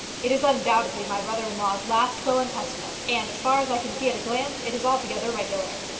it is undoubtedly my brother-in-law's last will and testament, and, as far as i can see at a glance, it is altogether regular.